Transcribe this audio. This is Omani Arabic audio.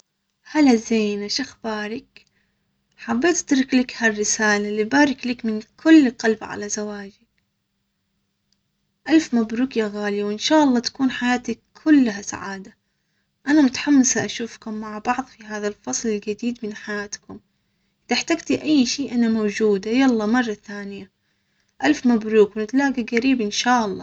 هلا زينه شخبارك ؟ حبيت اترك لك هالرسالة اللي يبارك لك من كل قلب على زواجك الف مبروك يا غالية وان شاء الله تكون حياتك كلها سعادة. انا متحمسة اشوفكم مع بعض في هذا الفصل الجديد من حياتكم. اذا احتجتي اي انا موجودة يلا مرة ثانية. الف مبروك ونتلاجي جريب ان شاء الله.